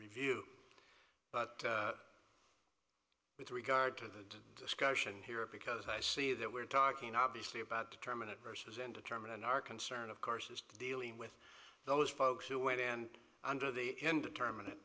review but with regard to the discussion here because i see that we're talking obviously about determinant versus in determining our concern of course is dealing with those folks who wait and under the determin